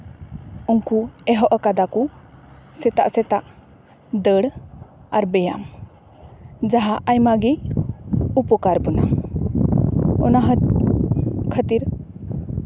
ᱩᱱᱠᱩ ᱮᱦᱚᱵ ᱠᱟᱫᱟ ᱠᱚ ᱥᱮᱛᱟᱜ ᱥᱮᱛᱟᱜ ᱫᱟᱹᱲ ᱟᱨ ᱵᱮᱭᱟᱢ ᱡᱟᱦᱟᱸ ᱟᱭᱢᱟ ᱜᱮ ᱩᱯᱚᱠᱟᱨᱵᱚᱱᱟ ᱚᱱᱟ ᱠᱷᱟᱹᱛᱤᱨ